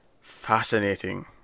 fascinating